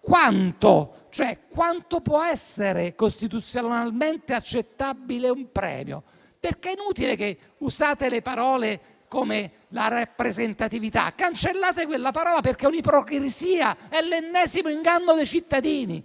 quanto: quanto può essere costituzionalmente accettabile un premio. È inutile che usate parole come «rappresentatività»; cancellate quella parola, perché è un'ipocrisia, è l'ennesimo inganno dei cittadini.